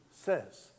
says